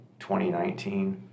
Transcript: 2019